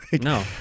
No